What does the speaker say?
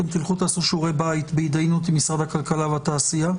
אתם תלכו ותעשו שיעורי בית בהתדיינות עם משרד הכלכלה והתעשייה.